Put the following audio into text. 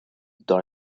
dans